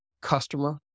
customer